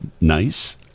nice